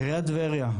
עיריית טבריה,